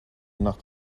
nacht